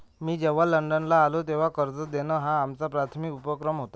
मी जेव्हा लंडनला आलो, तेव्हा कर्ज देणं हा आमचा प्राथमिक उपक्रम होता